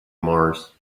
mars